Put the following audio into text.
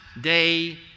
day